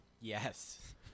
Yes